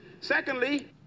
secondly